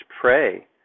pray